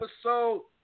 episode